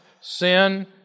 Sin